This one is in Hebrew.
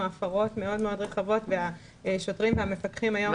הפרות מאוד מאוד רחבות והשוטרים והמפקחים היום לא עומדים בזה